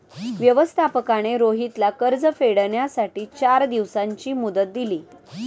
व्यवस्थापकाने रोहितला कर्ज फेडण्यासाठी चार दिवसांची मुदत दिली